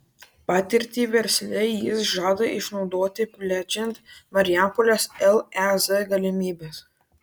patirtį versle jis žada išnaudoti plečiant marijampolės lez galimybes